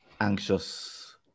anxious